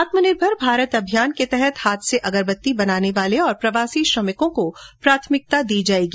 आत्मनिर्भर भारत अभियान के तहत हाथ से अगरबत्ती बनाने वाले और प्रवासी श्रमिकों को प्राथमिकता दी जायेगी